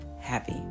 happy